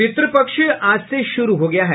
पितृपक्ष आज से शुरू हो गया है